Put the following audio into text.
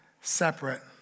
separate